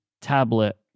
tablet